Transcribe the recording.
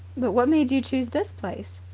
but what made you choose this place?